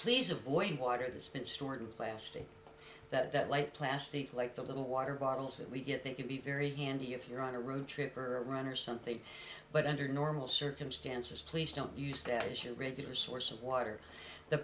please avoid water that's been stored in plastic that like plastic like the little water bottles that we get they could be very handy if you're on a road trip or a run or something but under normal circumstances please don't use that as your regular source of water the